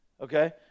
Okay